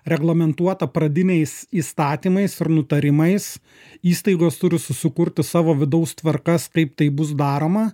reglamentuota pradiniais įstatymais ir nutarimais įstaigos turi susikurti savo vidaus tvarkas kaip tai bus daroma